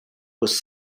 was